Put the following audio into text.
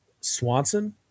Swanson